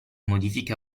modifiche